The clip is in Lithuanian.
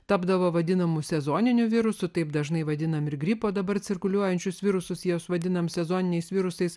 tapdavo vadinamu sezoninių virusų taip dažnai vadiname ir gripo dabar cirkuliuojančius virusus juos vadiname sezoniniais virusais